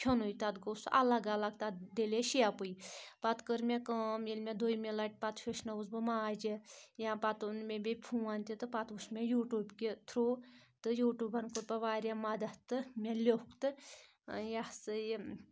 کھیوٚنُے تَتھ گوٚو سُہ الگ الگ تَتھ ڈَلَے شیپے پَتہٕ کٔر مےٚ کٲم ییٚلہِ مےٚ دوٚیِمہِ لَٹہِ پَتہٕ ہیوٚچھنووُس بہٕ ماجہِ یا پَتہٕ اوٚن مےٚ بیٚیہِ فون تہِ تہٕ پَتہٕ وٕچھ مےٚ یوٗٹوٗب کہِ تھرٛوٗ تہٕ یوٗٹیوٗبَن کوٚر بہٕ واریاہ مَدَد تہٕ مےٚ لیوٚکھ تہٕ یہِ ہسا یہِ